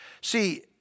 See